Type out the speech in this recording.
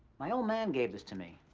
my old man gave this to me.